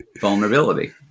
Vulnerability